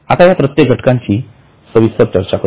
आता या प्रत्येक घटकांची सविस्तर चर्चा करू